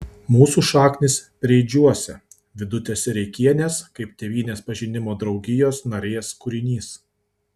mūsų šaknys preidžiuose vidutės sereikienės kaip tėvynės pažinimo draugijos narės kūrinys